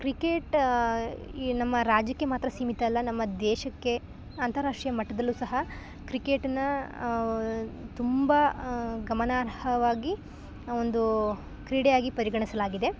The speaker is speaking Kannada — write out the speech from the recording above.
ಕ್ರಿಕೆಟ್ ಈ ನಮ್ಮ ರಾಜ್ಯಕ್ಕೆ ಮಾತ್ರ ಸೀಮಿತ ಅಲ್ಲ ನಮ್ಮ ದೇಶಕ್ಕೆ ಅಂತಾರಾಷ್ಟ್ರೀಯ ಮಟ್ಟದಲ್ಲು ಸಹ ಕ್ರಿಕೆಟನ ತುಂಬ ಗಮನಾರ್ಹವಾಗಿ ಒಂದು ಕ್ರೀಡೆಯಾಗಿ ಪರಿಗಣಿಸಲಾಗಿದೆ